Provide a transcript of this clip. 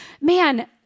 man